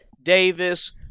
Davis